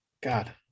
God